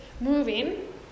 moving